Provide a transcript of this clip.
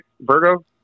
virgo